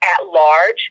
at-large